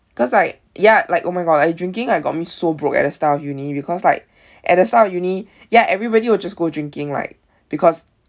because like ya like oh my god like drinking like got me so broke at the start of uni because like at the start of uni ya everybody will just go drinking like because